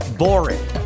boring